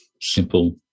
simple